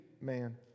man